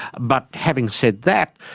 but having said that,